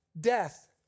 Death